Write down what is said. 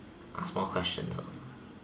ask four questions lor